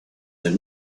had